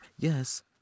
Yes